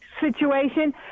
situation